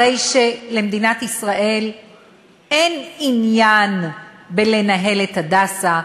הרי שלמדינת ישראל אין עניין לנהל את "הדסה".